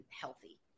healthy